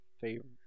Favorite